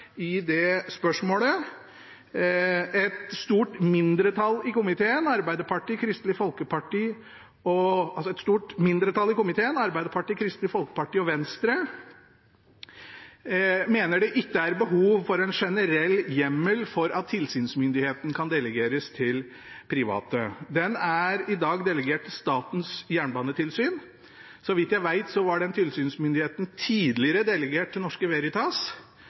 i det spørsmålet. Et stort mindretall i komiteen, Arbeiderpartiet, Kristelig Folkeparti og Venstre, mener det ikke er behov for en generell hjemmel for at tilsynsmyndigheten kan delegeres til private. Den er i dag delegert til Statens jernbanetilsyn. Så vidt jeg vet, var den tilsynsmyndigheten tidligere delegert til Det Norske Veritas,